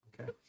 Okay